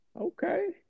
Okay